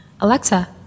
Alexa